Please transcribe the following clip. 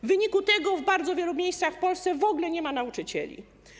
W wyniku tego w bardzo wielu miejscach w Polsce w ogóle nie ma nauczycieli.